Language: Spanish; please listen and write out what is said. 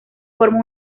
forma